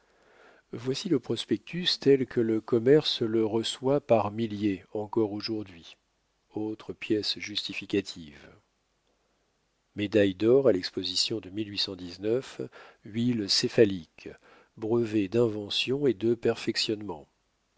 voici le prospectus tel que le commerce le reçoit par milliers encore aujourd'hui autre pièce justificative illustration médaille d'or a l'exposition de huile céphalique brevets d'invention et de perfectionnement